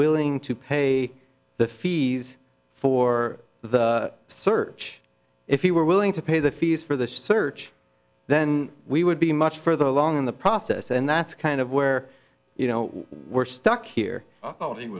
willing to pay the fees for the search if he were willing to pay the fees for this search then we would be much further along in the process and that's kind of where you know we're stuck here oh